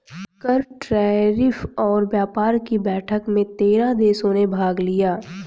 कर, टैरिफ और व्यापार कि बैठक में तेरह देशों ने भाग लिया